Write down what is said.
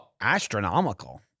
Astronomical